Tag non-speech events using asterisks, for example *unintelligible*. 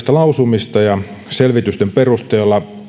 *unintelligible* lausumista ja selvitysten perusteella